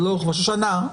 הלוך-ושוב שנה,